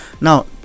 now